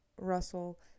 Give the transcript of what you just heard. Russell